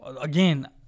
again